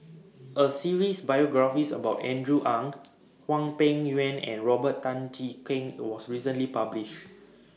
A series biographies about Andrew Ang Hwang Peng Yuan and Robert Tan Jee Keng was recently published